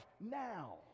now